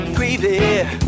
Gravy